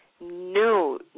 no